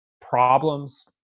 problems